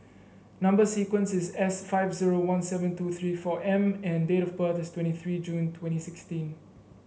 number sequence is S five zero one seven two three four M and date of birth is twenty three June twenty sixteen